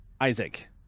Isaac